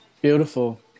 Beautiful